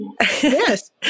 Yes